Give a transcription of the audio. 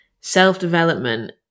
self-development